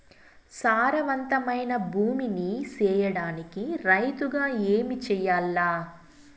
సారవంతమైన భూమి నీ సేయడానికి రైతుగా ఏమి చెయల్ల?